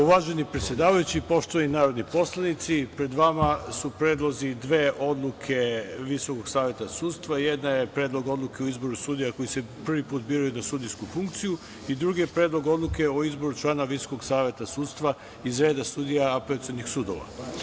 Uvaženi predsedavajući, poštovani narodni poslanici, pred vama su predlozi dve odluke Visokog saveta sudstva, jedna je Predlog odluke o izboru sudija koji se prvi put biraju na sudijsku funkciju i drugi je Predlog odluke o izboru člana Visokog saveta sudstva iz reda sudija apelacionih sudova.